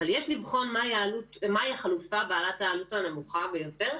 אבל יש לבחון מהי החלופה בעלת העלות הנמוכה ביותר,